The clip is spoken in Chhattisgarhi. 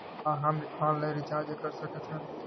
का हम ऑनलाइन रिचार्ज कर सकत हन?